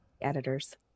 editors